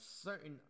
certain